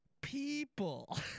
People